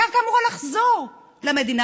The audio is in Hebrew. הקרקע אמורה לחזור למדינה,